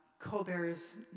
Colbert's